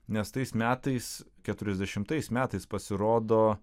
nes tais metais keturiasdešimtais metais pasirodo